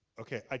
okay,